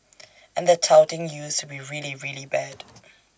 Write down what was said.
and the touting used to be really really bad